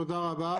תודה רבה.